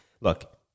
Look